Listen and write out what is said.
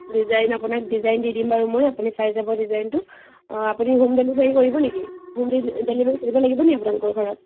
design আপোনাক design দি দিম বাৰু মই আপুনি পাই যাব ডিজাইনটো আপুনি হোম ডেলিভাৰী কৰিব নেকি হোম ডে ডেলিভাৰী কৰিব লাগিব নেকি আপোনালোকৰ ঘৰত